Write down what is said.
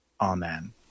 amen